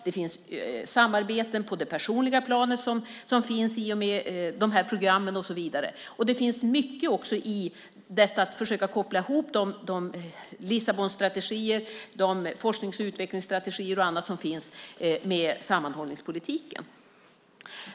Det finns samarbeten på det personliga planet i de här programmen. Det finns också mycket av att försöka koppla ihop Lissabonstrategin, forsknings och utvecklingsstrategierna och annat med sammanhållningspolitiken.